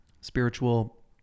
spiritual